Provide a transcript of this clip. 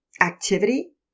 activity